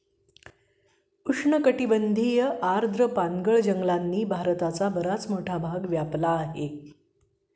उष्णकटिबंधीय आर्द्र पानगळ जंगलांनी भारताचा बराच मोठा भाग व्यापला आहे